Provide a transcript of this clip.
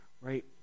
right